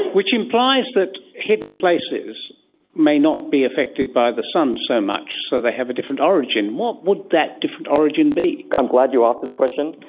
which implies that hidden places may not be affected by the sun so much, so they have a different origin. what would that different origin be? i'm glad you asked this question,